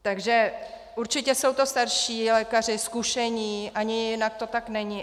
Takže určitě jsou to starší lékaři, zkušení, ani jinak to není.